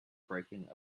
breaking